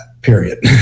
period